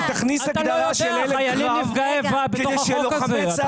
יש חיילים נפגעי איבה בתוך החוק הזה.